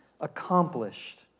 accomplished